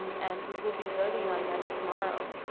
and we will be voting on them tomorrow.